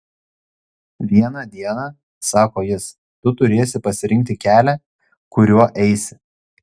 vieną dieną sako jis tu turėsi pasirinkti kelią kuriuo eisi